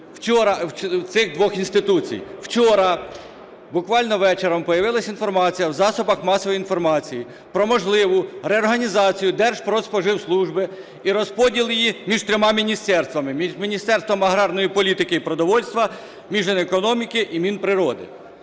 Вчора, буквально вечором, появилася інформація у засобах масової інформації про можливу реорганізацію Держпродспоживслужби і розподіл її між трьома міністерствами, між Міністерством аграрної політики і продовольства, між Мінекономіки і Мінприроди.